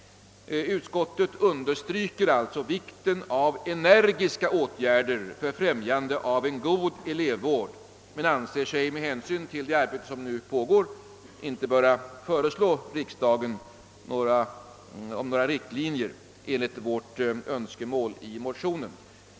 Utskottet understryker alltså vikten av att åtgärder energiskt vidtas för främjande av en god elevvård, men anser sig med hänsyn till det arbete som nu pågår inte böra föreslå riksdagen att anhålla om riktlinjer enligt vår önskan.